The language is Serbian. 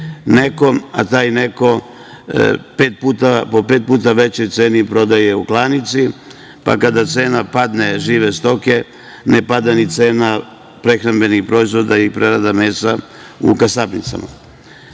nekom, a taj neko po pet puta većoj ceni prodaje u klanici, pa kada cena padne, žive stoke, ne pada ni cena prehrambenih proizvoda i prerada mesa u kasapnicama. Ja